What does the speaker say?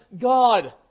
God